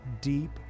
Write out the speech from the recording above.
deep